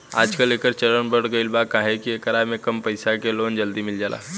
आजकल, एकर चलन बढ़ गईल बा काहे कि एकरा में कम पईसा के लोन जल्दी मिल जाला